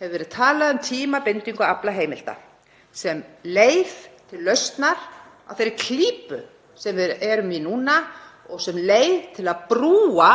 hefur verið talað um tímabindingu aflaheimilda sem leið til lausnar á þeirri klípu sem við erum í núna og sem leið til að brúa